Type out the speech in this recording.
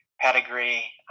pedigree